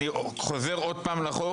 אני חוזר עוד פעם לחוק,